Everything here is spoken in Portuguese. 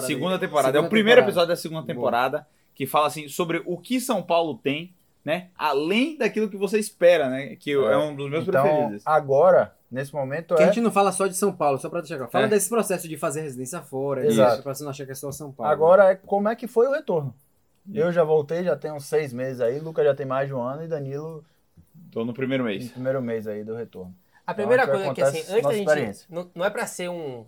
Segunda temporada. É o Segunda primeiro temporada. episódio da segunda Boa. temporada, que fala, assim, sobre o que São Paulo tem, né, além daquilo que você espera, né, que eu- é É. um dos meus Então, preferidos. agora, nesse momento, Que a é- gente não fala só de São Paulo, só pra deixar claro. Fala É. desse processo de fazer residência fora, de- Exato. isso, pra você não achar que é só São Paulo. Agora é como é que foi o retorno. Sim. Eu já voltei, já tenho uns seis meses aí, Luca já tem mais de um ano, e Danilo Tô no primeiro mês. no primeiro mês aí do retorno. A Então, a primeira gente vai coisa é que, contar assim, essa antes da nossa gente- experiência. não- não é pra ser um-